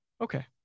Okay